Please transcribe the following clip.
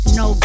no